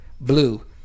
blue